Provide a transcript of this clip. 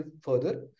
further